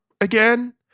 again